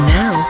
now